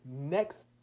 next